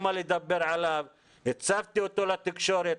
הצפתי אותו לתקשורת.